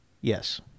Yes